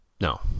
No